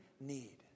need